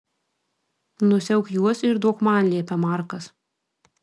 nusiauk juos ir duok man liepia markas